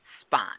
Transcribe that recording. spot